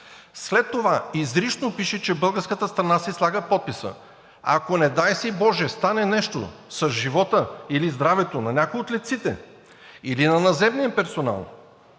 След това, изрично пише, че българската страна си слага подписа. Ако, не дай си боже, стане нещо с живота или здравето на някого от летците или на наземния персонал,